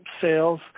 sales